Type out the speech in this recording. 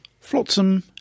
flotsam